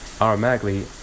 Automatically